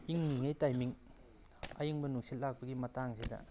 ꯏꯪꯉꯤꯉꯩ timing ꯑꯏꯪꯕ ꯅꯨꯡꯁꯤꯠ ꯂꯥꯛꯄꯒꯤ ꯃꯇꯥꯡꯁꯤꯗ